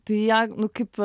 tai jie nu kaip